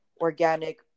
organic